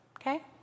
okay